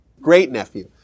great-nephew